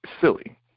silly